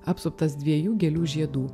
apsuptas dviejų gėlių žiedų